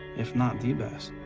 if not the best,